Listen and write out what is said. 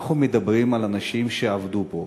אנחנו מדברים על אנשים שעבדו פה.